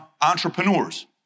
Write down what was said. entrepreneurs